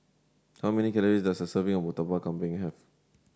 how many calories does a serving of Murtabak Kambing have